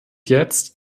jetzt